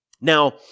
Now